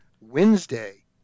Wednesday